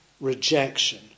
rejection